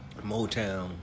Motown